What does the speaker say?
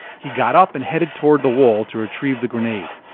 he got up and headed toward the wall to retrieve the grenade.